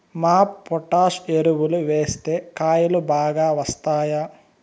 MOP potash ఎరువులు వేస్తే కాయలు బాగా వస్తాయా?